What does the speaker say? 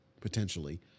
potentially